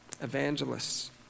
evangelists